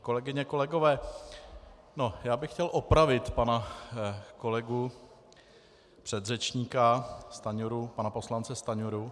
Kolegyně a kolegové, já bych chtěl opravit pana kolegu předřečníka Stanjuru, pana poslance Stanjuru.